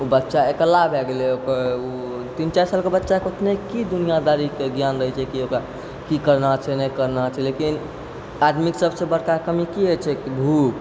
उ बच्चा अकेला भए गेलै ओकर उ तीन चारि सालके बच्चाके की दुनियादारीके ज्ञान रहै छै की करना छै नै करना छै लेकिन आदमीके सबसँ बड़का कमी की होइ छै कि भूख